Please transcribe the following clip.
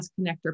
connector